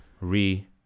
Re